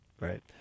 right